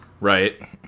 Right